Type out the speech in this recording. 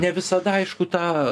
ne visada aišku tą